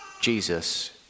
Jesus